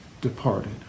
departed